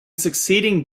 succeeding